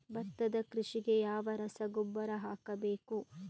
ಭತ್ತದ ಕೃಷಿಗೆ ಯಾವ ರಸಗೊಬ್ಬರ ಹಾಕಬೇಕು?